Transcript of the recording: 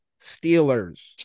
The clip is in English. Steelers